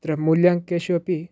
तत्र मूल्याङ्केषु अपि